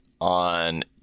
on